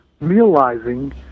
realizing